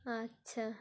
আচ্ছা